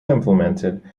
implemented